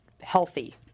healthy